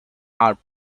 are